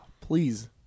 Please